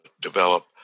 develop